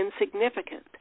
insignificant